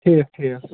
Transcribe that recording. ٹھیٖک ٹھیٖک